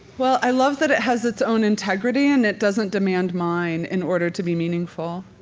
well, i love that it has its own integrity and it doesn't demand mine in order to be meaningful,